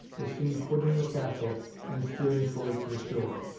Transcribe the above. was seen quitting the castle and steering towards the shore.